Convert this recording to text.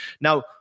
Now